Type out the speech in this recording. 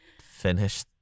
finish